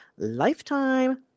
lifetime